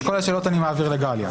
את כל השאלות אני מעביר לגליה.